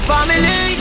Family